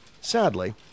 Sadly